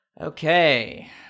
Okay